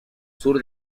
sur